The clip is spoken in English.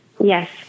Yes